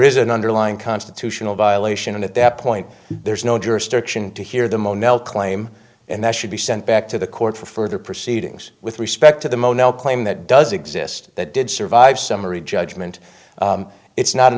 is an underlying constitutional violation and at that point there is no jurisdiction to hear the mo nel claim and that should be sent back to the court for further proceedings with respect to the mono claim that does exist that did survive summary judgment it's not